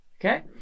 Okay